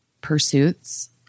pursuits